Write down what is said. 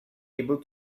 able